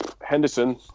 Henderson